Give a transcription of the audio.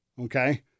Okay